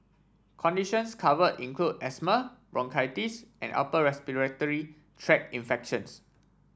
conditions cover include asthma bronchitis and upper respiratory tract infections